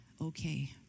Okay